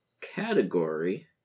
category